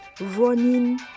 running